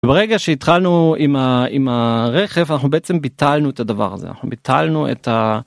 ברגע שהתחלנו עם הרכב אנחנו בעצם ביטלנו את הדבר הזה אנחנו ביטלנו את.